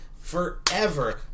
forever